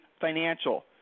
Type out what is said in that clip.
financial